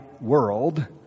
world